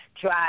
try